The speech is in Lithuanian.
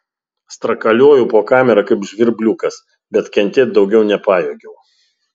strakalioju po kamerą kaip žvirbliukas bet kentėt daugiau nepajėgiau